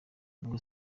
ngo